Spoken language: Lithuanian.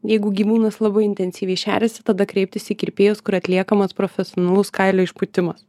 jeigu gyvūnas labai intensyviai šeriasi tada kreiptis į kirpėjus kur atliekamas profesionalus kailio išpūtimas